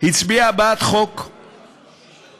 הצביעה בעד חוק לפריימריז.